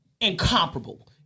incomparable